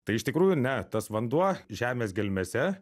tai iš tikrųjų ne tas vanduo žemės gelmėse